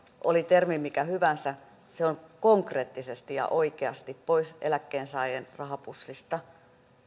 oli termi mikä hyvänsä se on konkreettisesti ja oikeasti pois eläkkeensaajan rahapussista